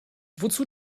wozu